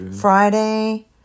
Friday